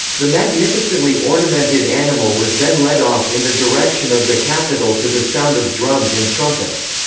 the magnificently ornamented animal was then led off in the direction of the capitol to the sound of drums and trumpets.